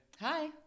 Hi